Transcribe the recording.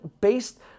based